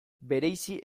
bereizi